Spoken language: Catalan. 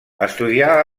estudià